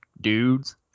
dudes